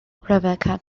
rebecca